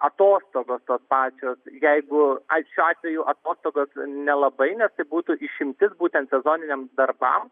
atostogos tos pačios jeigu ai šiuo atveju atostogos nelabai nes tai būtų išimtis būtent sezoniniams darbams